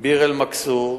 ביר-אל-מכסור,